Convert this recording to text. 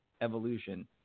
evolution